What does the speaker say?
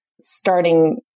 starting